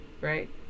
right